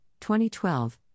2012